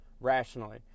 rationally